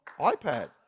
iPad